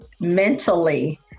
mentally